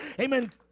Amen